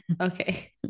okay